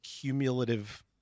cumulative